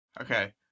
Okay